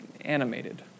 animated